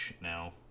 now